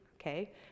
okay